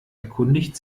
erkundigt